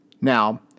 Now